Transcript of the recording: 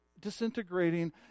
disintegrating